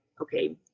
okay